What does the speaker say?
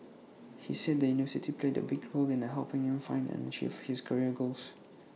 he said the university played A big role in helping him find and achieve his career goals